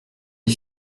les